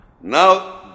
Now